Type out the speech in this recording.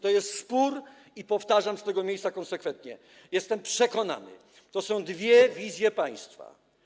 To jest spór, i powtarzam to z tego miejsca konsekwentnie, jestem przekonany, dotyczący dwóch wizji państwa.